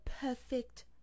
perfect